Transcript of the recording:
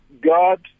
God